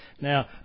Now